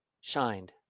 shined